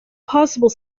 possible